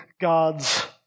God's